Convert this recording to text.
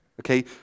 okay